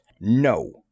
No